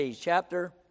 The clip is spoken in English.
chapter